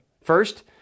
First